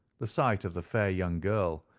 the sight of the fair young girl,